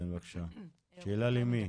כן, שאלה למי?